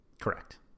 Correct